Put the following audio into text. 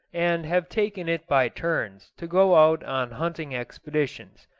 and have taken it by turns to go out on hunting expeditions,